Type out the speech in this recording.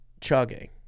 chugging